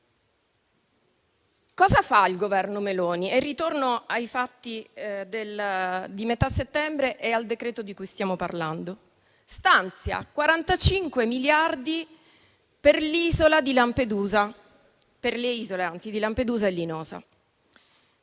cosa fa il Governo Meloni? Ritorno ai fatti di metà settembre e al decreto-legge di cui stiamo parlando. Il Governo stanzia 45 miliardi per le isole di Lampedusa e Linosa.